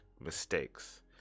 mistakes